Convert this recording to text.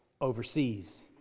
overseas